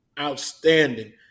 outstanding